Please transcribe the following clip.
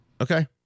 Okay